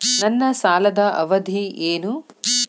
ನನ್ನ ಸಾಲದ ಅವಧಿ ಏನು?